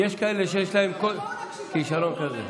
יש כאלה שיש להם כישרון כזה.